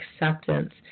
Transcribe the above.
Acceptance